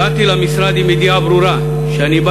הגעתי למשרד עם ידיעה ברורה שאני בא